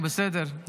וגם בינינו, בסדר.